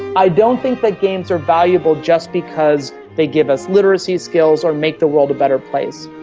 i don't think that games are valuable just because they give us literacy skills or make the world a better place.